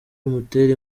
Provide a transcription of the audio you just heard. bimutera